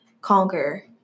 conquer